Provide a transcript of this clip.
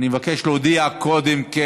אני מבקש להודיע קודם, החוק